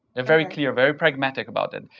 they're very clear, very pragmatic about it.